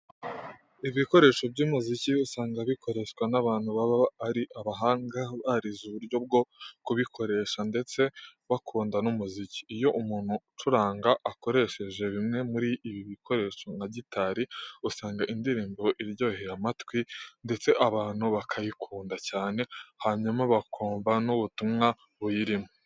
Ibikoresho by'umuziki usanga bikoreshwa n'abantu baba ari abahanga, barize uburyo bwo kubikoresha ndetse bakunda n'umuziki. Iyo umuntu ucuranga akoresheje bimwe muri ibi bikoresho nka gitari, usanga indirimbo iryoheye amatwi ndetse abantu bakayikunda cyane hanyuma bakumva n'ubutumwa buyirimo .